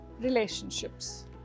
relationships